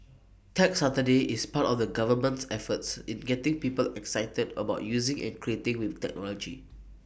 Tech Saturday is part of the government's efforts in getting people excited about using and creating with technology